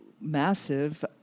massive